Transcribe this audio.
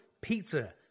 pizza